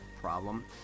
problem